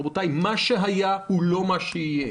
רבותיי, מה שהיה הוא לא מה שיהיה.